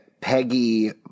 Peggy